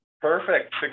perfect